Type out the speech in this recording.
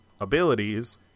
abilities